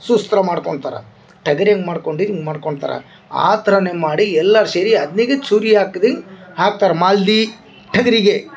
ಸುಸ್ತ್ರ ಮಾಡ್ಕೊಳ್ತಾರೆ ಟಗರಿಗೆ ಮಾಡ್ಕೊಂಡಿದ್ದು ಮಾಡ್ಕೊಳ್ತಾರೆ ಆ ಥರಾನೆ ಮಾಡಿ ಎಲ್ಲಾರ ಸೇರಿ ಚೂರಿ ಹಾಕ್ದಿ ಹಾಕ್ತಾರಾ ಮಾಲಿ ಟಗರಿಗೆ